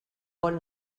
bon